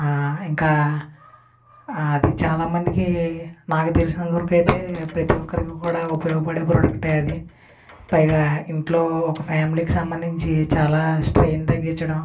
ఇంకా అది చాలా మందికి నాకు తెలిసినంత వరకూ అయితే ప్రతి ఒక్కరికి కూడా ఉపయోగపడే ఉపయోగపడే ప్రోడక్ట్ ఏ అది పైగా ఇంట్లో ఒక ఫ్యామిలీ కి సంబంధించి చాలా స్ట్రైన్ తగ్గిచ్చడం